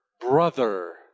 brother